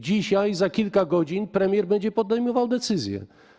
Dzisiaj za kilka godzin premier będzie podejmował decyzję.